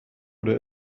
oder